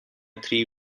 three